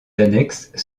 annexes